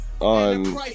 on